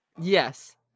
Yes